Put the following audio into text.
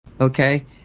okay